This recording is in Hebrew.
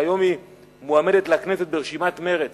שהיום היא מועמדת לכנסת ברשימת מרצ